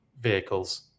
vehicles